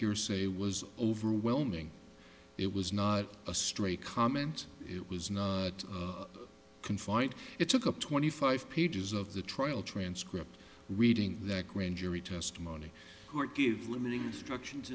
hearsay was overwhelming it was not a stray comment it was not confined it took up twenty five pages of the trial transcript reading that grand jury testimony court gave women struction